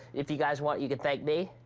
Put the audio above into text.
if you guys want, you can thank me.